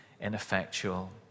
ineffectual